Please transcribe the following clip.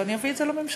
ואני אביא את זה לממשלה.